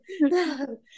no